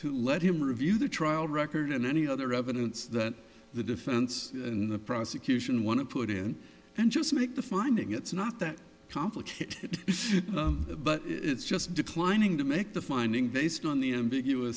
to let him review the trial record and any other evidence that the defense and the prosecution want to put in and just make the finding it's not that complicated but it's just declining to make the finding based on the ambigu